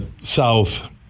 south